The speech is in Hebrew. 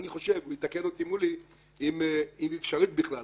יתקן אותי מולי אם היא אפשרית בכלל.